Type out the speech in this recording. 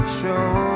show